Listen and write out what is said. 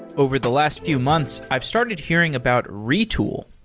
over the last few months, i've started hearing about retool.